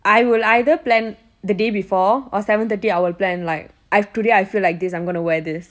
I will either plan the day before or seven thirty I will plan like I today I feel like this I'm going to wear this